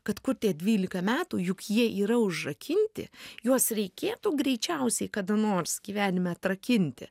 kad kur tie dvylika metų juk jie yra užrakinti juos reikėtų greičiausiai kada nors gyvenime atrakinti